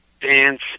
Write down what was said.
dance